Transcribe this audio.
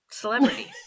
celebrity